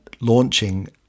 launching